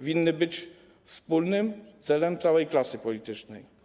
winny być wspólnym celem całej klasy politycznej.